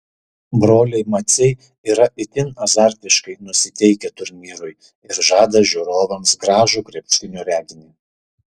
broliai maciai yra itin azartiškai nusiteikę turnyrui ir žada žiūrovams gražų krepšinio reginį